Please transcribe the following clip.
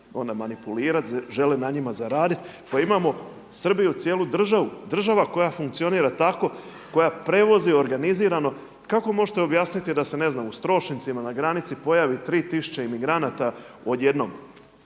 onda manipulirat, žele na njima zaraditi. Pa imamo Srbiju cijelu državu, država koja funkcionira tako, koja prevozi organizirano, kako možete objasniti da se ne znam u Strošincima na granici pojavi 3 tisuće imigranata odjednom?